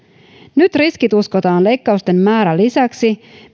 nyt riskit uskotaan leikkausten määrän lisäksi